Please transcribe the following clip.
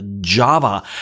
Java